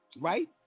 Right